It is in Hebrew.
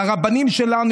לרבנים שלנו,